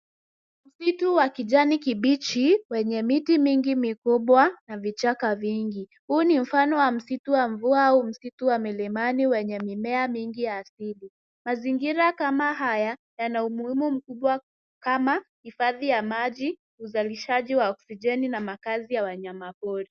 Msitu wa kijani kibichi wenye miti mingi mikubwa na vichaka vingi. Huu ni mfano wa msitu wa mvua au msitu wa milimani wenye mimea mingi ya asili. Mazingira kama haya yana umuhimu mkubwa kama hifadhi ya maji, uzalishaji wa oksijeni na makazi ya wanyama pori.